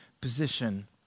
position